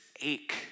ache